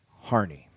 Harney